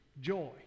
joy